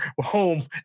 home